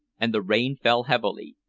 and the rain fell heavily,